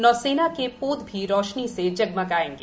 नौसेना के पोत भी रोशनी से जगमगाएंगे